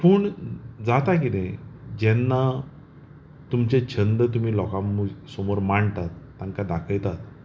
पूण जाता कितें जेन्ना तुमचे छंद तुमी लोकां मु समोर माांडटात तांकां दाखयतात